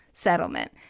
settlement